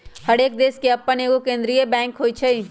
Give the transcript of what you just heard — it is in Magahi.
हरेक देश के अप्पन एगो केंद्रीय बैंक होइ छइ